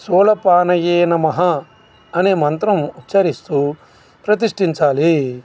శూళ పానయే నమః అనే మంత్రం ఉచ్చరిస్తూ ప్రతిష్టించాలి